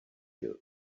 you